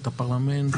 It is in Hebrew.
את הפרלמנט,